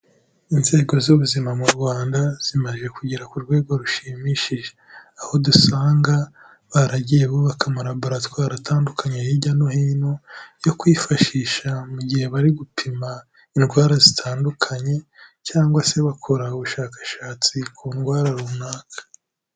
Inzego z'ubuzima mu Rwanda zimaze kugera ku rwego rushimishije, aho dusanga baragiye bubabaka amalaboratwaro atandukanye hirya no hino yo kwifashisha mu gihe bari gupima indwara zitandukanye cyangwa se bakora ubushakashatsi ku ndwara runaka.